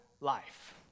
life